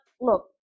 look